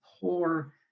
poor